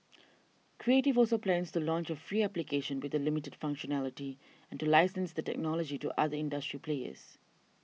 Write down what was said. creative also plans to launch a free application with the limited functionality and to license the technology to other industry players